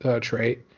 trait